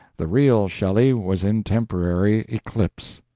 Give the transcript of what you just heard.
the real shelley was in temporary eclipse.